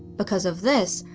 because of this,